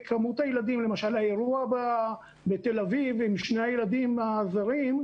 למשל, האירוע בתל אביב עם שני הילדים הזרים,